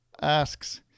asks